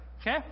Okay